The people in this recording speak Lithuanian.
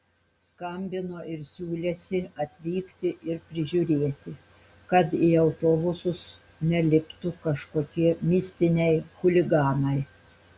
skambino ir siūlėsi atvykti ir prižiūrėti kad į autobusus neliptų kažkokie mistiniai chuliganai